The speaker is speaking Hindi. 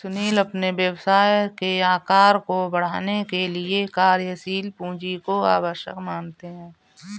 सुनील अपने व्यवसाय के आकार को बढ़ाने के लिए कार्यशील पूंजी को आवश्यक मानते हैं